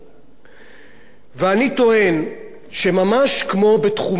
אני טוען שממש כמו בתחומי חינוך,